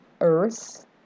earth